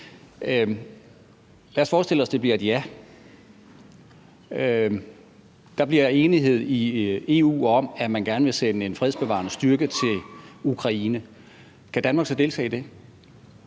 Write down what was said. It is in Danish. Lad os forestille os, at det bliver et ja. Der bliver enighed i EU om, at man gerne vil sende en fredsbevarende styrke til Ukraine. Kan Danmark så deltage i det?